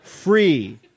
Free